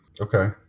Okay